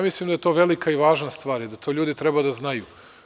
Mislim da je to velika i važna stvar i da to ljudi treba da znaju.